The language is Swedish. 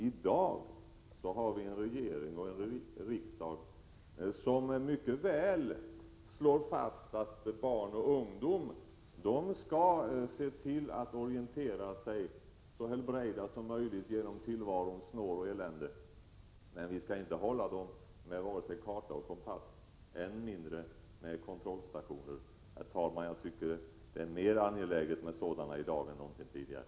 I dag har vi en regering och en riksdag som slår fast att barn och ungdom skall se till att orientera sig så helbrägda som möjligt genom tillvarons snår och elände. Men vi skall inte hålla dem med vare sig karta eller kompass, än mindre med kontrollstationer. Jag tycker att det är mer angeläget med sådana i dag än någonsin tidigare.